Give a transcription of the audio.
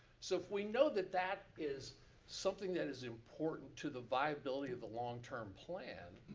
so if we know that that is something that is important to the viability of the long-term plan,